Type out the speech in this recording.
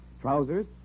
trousers